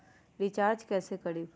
Recharge कैसे करीब?